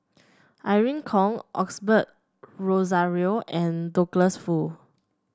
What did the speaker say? Irene Khong Osbert Rozario and Douglas Foo